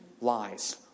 lies